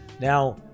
Now